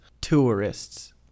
tourists